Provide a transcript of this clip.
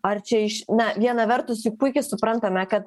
ar čia iš na viena vertus juk puikiai suprantame kad